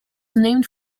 named